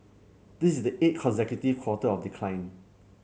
this is the eighth consecutive quarter of decline